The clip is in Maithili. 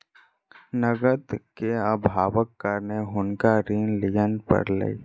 नकद के अभावक कारणेँ हुनका ऋण लिअ पड़लैन